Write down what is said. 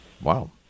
Wow